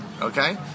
okay